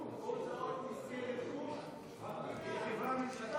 גוף, הוצאות נזקי רכוש, חבר הכנסת